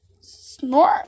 snort